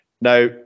Now